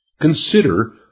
Consider